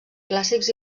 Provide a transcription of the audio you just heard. clàssics